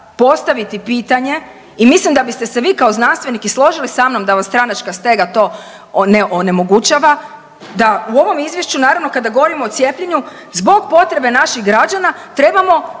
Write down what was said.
postaviti pitanje i mislim da biste se vi kao znanstvenik i složili sa mnom da vam stranačka stega to ne onemogućava, da u ovom Izvješću naravno kada govorimo o cijepljenju zbog potrebe naših građana trebamo